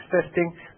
testing